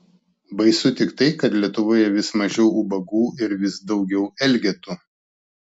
baisu tik tai kad lietuvoje vis mažiau ubagų ir vis daugiau elgetų